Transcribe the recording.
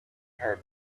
her